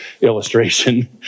illustration